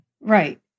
Right